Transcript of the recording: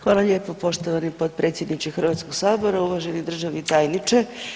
Hvala lijepo poštovani potpredsjedniče Hrvatskoga sabora, uvaženi državni tajniče.